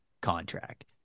contract